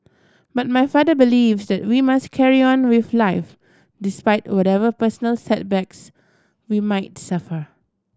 but my father believe that we must carry on with life despite whatever personal setbacks we might suffer